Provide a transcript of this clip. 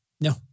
No